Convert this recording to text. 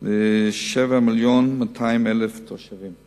ל-7.2 מיליון תושבים.